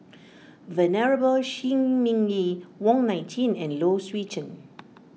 Venerable Shi Ming Yi Wong Nai Chin and Low Swee Chen